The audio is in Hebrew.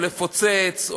או לפוצץ,